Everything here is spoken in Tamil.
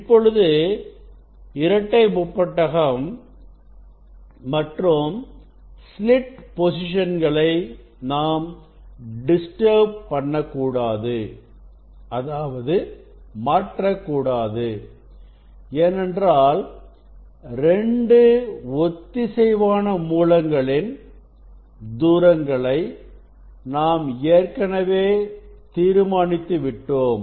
இப்பொழுது இரட்டை முப்பட்டகம் மற்றும் ஸ்லிட் பொசிஷன் களை நாம் டிஸ்டர்ப் பண்ண கூடாது அதாவது மாற்றக்கூடாது ஏனென்றால் 2 ஒத்திசைவான மூலங்களின் தூரங்களை நாம் ஏற்கனவே தீர்மானித்து விட்டோம்